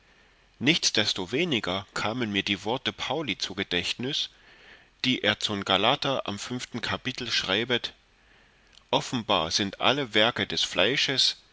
nichtsdestoweniger kamen mir die worte pauli zu gedächtnüs die er zun gal am fünften schreibet offenbar sind alle werke des fleisches